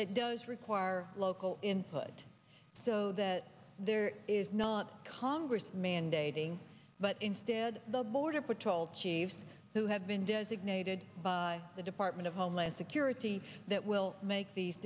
that does require local input so that there is not congress mandating but instead the border patrol chiefs who have been designated by the department of homeland security that will make these